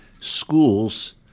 schools